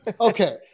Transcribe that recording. Okay